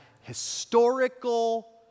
historical